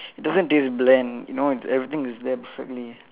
doesn't taste bland you know everything is there perfectly